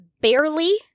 barely